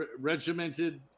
regimented